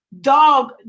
dog